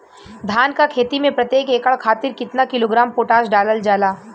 धान क खेती में प्रत्येक एकड़ खातिर कितना किलोग्राम पोटाश डालल जाला?